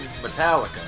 Metallica